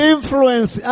Influence